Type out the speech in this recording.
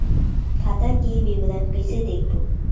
खाता के विवरण कइसे देखबो?